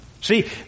See